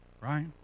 right